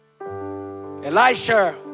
Elisha